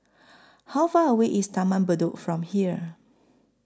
How Far away IS Taman Bedok from here